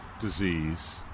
disease